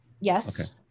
Yes